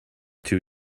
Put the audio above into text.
two